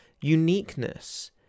Uniqueness